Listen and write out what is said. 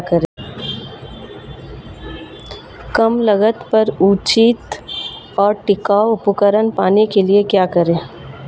कम लागत पर उचित और टिकाऊ उपकरण पाने के लिए क्या करें?